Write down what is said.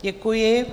Děkuji.